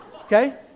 Okay